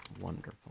wonderful